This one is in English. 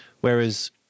whereas